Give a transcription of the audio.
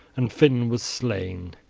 and finn was slain,